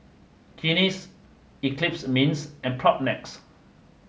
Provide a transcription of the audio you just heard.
Guinness Eclipse Mints and Propnex